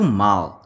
mal